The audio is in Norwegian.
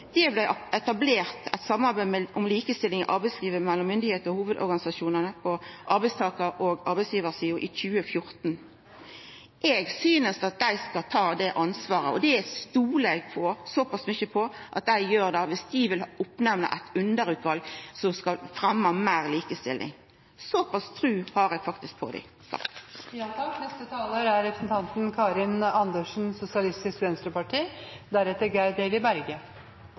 Det blei etablert eit samarbeid om likestilling i arbeidslivet mellom myndigheitene og hovudorganisasjonane på arbeidstakar- og arbeidsgivarsida i 2014. Eg synest at dei skal ta det ansvaret, og eg stolar såpass mykje på at dei gjer det dersom dei vil oppnemna eit underutval som skal fremja meir likestilling. Såpass tru har eg faktisk på dei.